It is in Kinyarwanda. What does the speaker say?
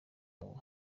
wawe